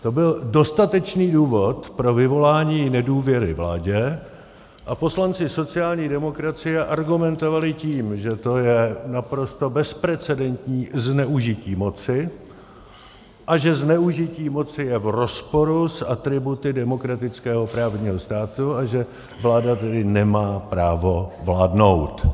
To byl dostatečný důvod pro vyvolání nedůvěry vládě a poslanci sociální demokracie argumentovali tím, že to je naprosto bezprecendentní zneužití moci a že zneužití moci je v rozporu s atributy demokratického právního státu, a že vláda tedy nemá právo vládnout.